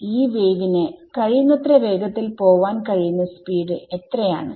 ഈ വേവ് ന് കഴിയുന്നത്ര വേഗത്തിൽ പോവാൻ കഴിയുന്ന സ്പീഡ് എത്രയാണ്c